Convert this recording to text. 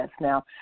Now